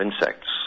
insects